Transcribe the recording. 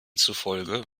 zufolge